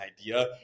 idea